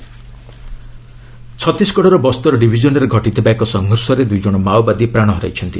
Maoist killed ଛତିଶଗଡ଼ର ବସ୍ତର ଡିଭିଜନ୍ରେ ଘଟିଥିବା ଏକ ସଂଘର୍ଷରେ ଦୁଇ ଜଣ ମାଓବାଦୀ ପ୍ରାଣ ହରାଇଛନ୍ତି